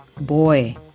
boy